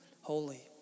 holy